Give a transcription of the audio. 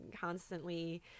constantly